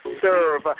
serve